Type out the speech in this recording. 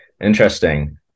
Interesting